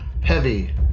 Heavy